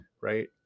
right